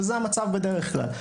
וזה המצב בדרך כלל.